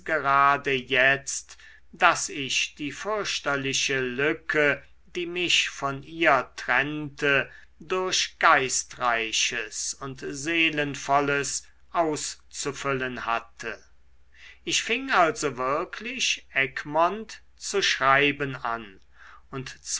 gerade jetzt daß ich die fürchterliche lücke die mich von ihr trennte durch geistreiches und seelenvolles auszufüllen hatte ich fing also wirklich egmont zu schreiben an und